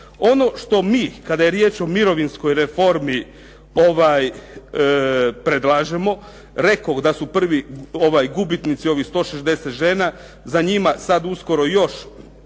Ono što mi kada je riječ o mirovinskoj reformi predlažemo rekoh da su prvi gubitnici ovih 160 žena, za njima sad uskoro još